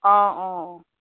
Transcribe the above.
অঁ অঁ অঁ